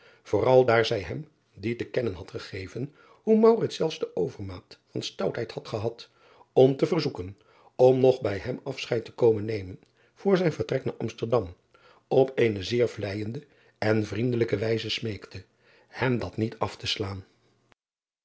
vooral daar zij hem die te kennen had gegeven hoe zelfs de overmaat van stoutheid had gehad om te verzoeken om nog bij hem afscheid te komen nemen voor zijn vertrek naar msterdam op eene zeer vleijende en vriendelijke wijze smeekte hem dat niet af te slaan